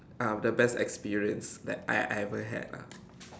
ah the best experience that I ever had lah